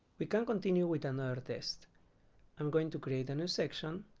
we can continue with another test i'm going to create a new section.